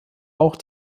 auch